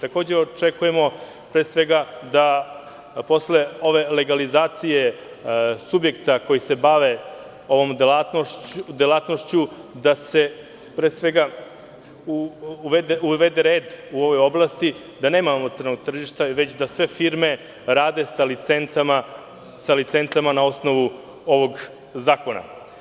Takođe, očekujemo da posle ove legalizacije subjekata koji se bave ovom delatnošću, da se uvede red u ove oblasti, da nemamo crnog tržišta, već da sve firme rade sa licencama na osnovu ovog zakona.